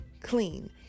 clean